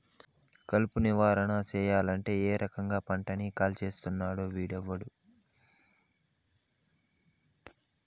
కలుపు నివారణ సెయ్యలంటే, ఏకంగా పంటని కాల్చేస్తున్నాడు వీడెవ్వడు